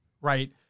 Right